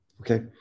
Okay